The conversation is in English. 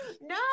no